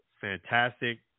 fantastic